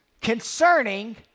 concerning